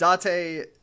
Date